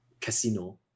casino